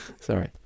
sorry